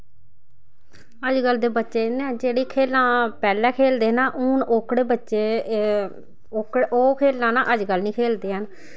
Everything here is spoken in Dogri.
अजकल्ल दे बच्चे ना जेह्ड़ी खेल्लां पैह्लें खेलदे हे ना हून ओकड़े बच्चे ओह् खेल्लां ना अजकल्ल निं खेलदे हैन